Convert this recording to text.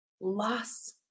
Loss